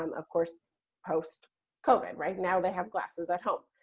um of course post covid, right? now they have glasses at home,